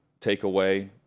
takeaway